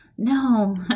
no